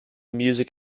music